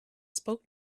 spoke